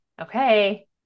okay